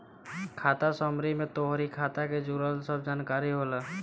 खाता समरी में तोहरी खाता के जुड़ल सब जानकारी होला